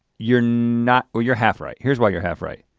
you're not, you're you're half right. here's why you're half right.